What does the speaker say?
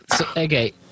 Okay